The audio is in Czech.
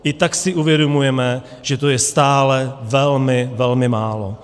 I tak si uvědomujeme, že to je stále velmi, velmi málo.